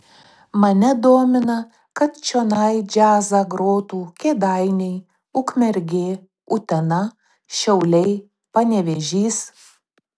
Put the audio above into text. mane domina kad čionai džiazą grotų kėdainiai ukmergė utena šiauliai panevėžys